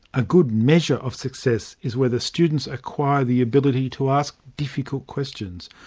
a good measure of success is whether students acquire the ability to ask difficult questions,